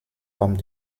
forme